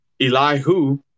Elihu